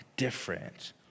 different